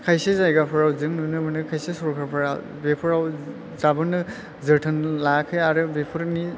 खायसे जायगाफ्राव जों नुनो मोनो खायसे सरखारफ्रा बेफोराव दाबोनो जोथोन लायाखै आरो बेफोरनि